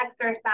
exercise